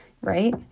right